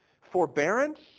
Forbearance